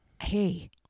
hey